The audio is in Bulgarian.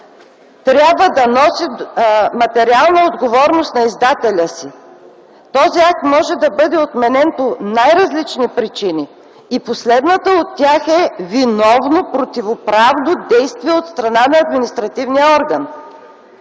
трябва да носи материалната отговорност на издателя си? Този акт може да бъде отменен по най-различни причини и последната от тях е: виновно противоправно действие от страна на административния орган.